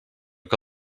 que